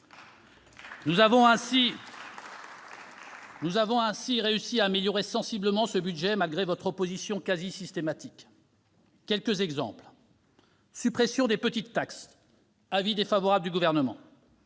Nous avons ainsi réussi à améliorer sensiblement ce budget, malgré votre opposition quasi systématique. Laissez-moi vous donner quelques exemples : suppression des petites taxes : avis défavorable du Gouvernement